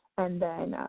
and then,